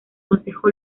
consejo